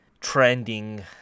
trending